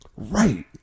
Right